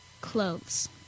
clothes